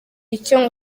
icyo